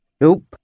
Nope